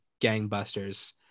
Gangbusters